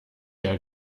der